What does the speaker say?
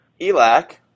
Elak